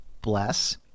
bless